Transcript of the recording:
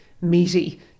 meaty